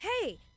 Hey